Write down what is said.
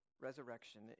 resurrection